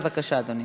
בבקשה, אדוני.